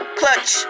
clutch